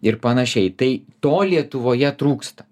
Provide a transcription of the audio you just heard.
ir panašiai tai to lietuvoje trūksta